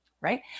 right